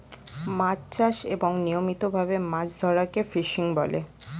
মাছ চাষ এবং নিয়মিত ভাবে মাছ ধরাকে ফিশিং বলে